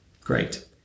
Great